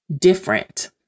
different